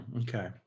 Okay